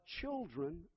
children